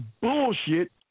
bullshit